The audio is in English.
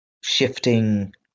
shifting